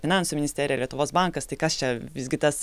finansų ministerija lietuvos bankas tai kas čia visgi tas